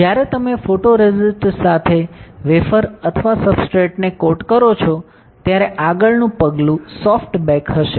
જ્યારે તમે ફોટોરેસિસ્ટ સાથે વેફર અથવા સબસ્ટ્રેટને કોટ કરો છો ત્યારે આગળનું પગલું સોફ્ટ બેક હશે